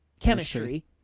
Chemistry